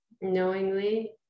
knowingly